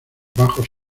bajos